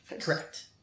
Correct